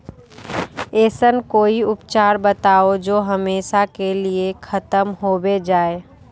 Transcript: ऐसन कोई उपचार बताऊं जो हमेशा के लिए खत्म होबे जाए?